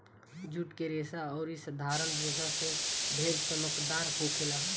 जुट के रेसा अउरी साधारण रेसा से ढेर चमकदार होखेला